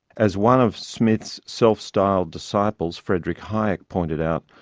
as one of smith's self-styled disciples, friedrich hayek, pointed out,